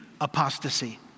apostasy